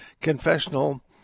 confessional